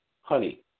honey